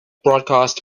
broadcast